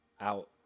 out